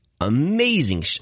Amazing